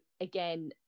again